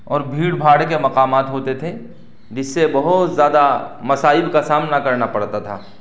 اور بھیڑ بھاڑ کے مقامات ہوتے تھے جس سے بہت زیادہ مصائب کا سامنا کرنا پڑتا تھا